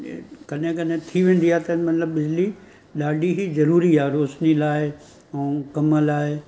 कॾहिं कॾहिं थी वेंदी आहे त मतिलबु बिजली ॾाढी ही ज़रूरी झे रोश्नी लाइ ऐं कम लाइ